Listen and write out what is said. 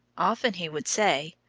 often he would say,